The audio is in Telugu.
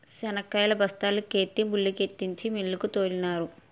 శనక్కాయలు బస్తాల కెత్తి బల్లుకెత్తించి మిల్లుకు తోలినారు